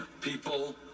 people